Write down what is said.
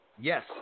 yes